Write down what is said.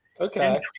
Okay